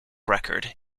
record